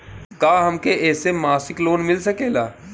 का हमके ऐसे मासिक लोन मिल सकेला?